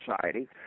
society